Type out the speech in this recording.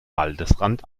waldesrand